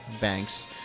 Banks